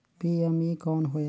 PME कौन होयल?